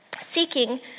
seeking